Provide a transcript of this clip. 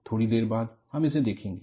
थोड़ी देर बाद हम इसे देखेंगे